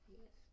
Yes